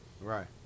Right